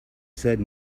said